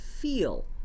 feel